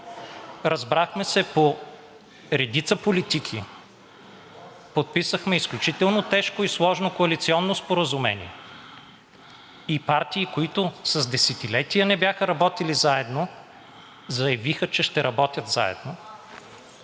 разбрахме се по редица политики, подписахме изключително тежко и сложно коалиционно споразумение и партии, които с десетилетия не бяха работили заедно, заявиха, че ще работят заедно.